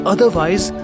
Otherwise